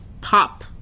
pop